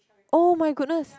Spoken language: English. [oh]-my-goodness